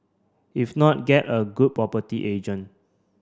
if not get a good property agent